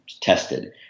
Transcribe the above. tested